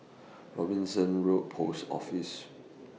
Robinson Road Post Office